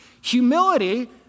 Humility